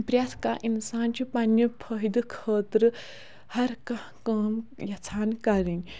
پرٛٮ۪تھ کانٛہہ اِسان چھُ پَننہِ فٲیدٕ خٲطرٕ ہَر کانٛہہ کٲم یَژھان کَرٕنۍ